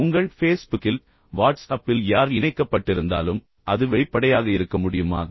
எனவே உங்கள் ஃபேஸ்புக்கில் யார் இருந்தாலும் உங்கள் வாட்ஸ்அப்பில் யார் இணைக்கப்பட்டிருந்தாலும் அது வெளிப்படையாக இருக்க முடியுமா